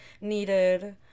needed